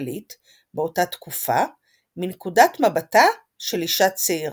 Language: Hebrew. וכלכלית באותה תקופה מנקודת מבטה של אישה צעירה.